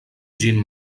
ĝin